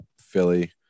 Philly